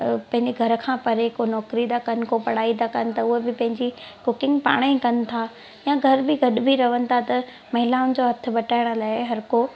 पंहिंजे घर खां परे को नौकिरी था कनि को पढ़ाई था कनि त उहा बि पंहिंजी कुकिंग पाणेई कनि था या घर बि गॾु बि रहनि था त महिलाउनि जो हथु बटाइण लाइ हर को